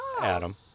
Adam